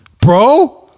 bro